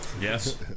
yes